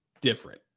different